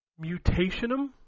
Mutationum